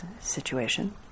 situation